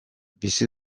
bizi